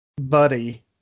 buddy